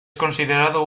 considerado